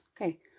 Okay